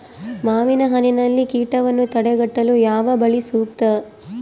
ಮಾವಿನಹಣ್ಣಿನಲ್ಲಿ ಕೇಟವನ್ನು ತಡೆಗಟ್ಟಲು ಯಾವ ಬಲೆ ಸೂಕ್ತ?